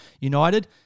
United